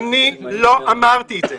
אני לא אמרתי את זה,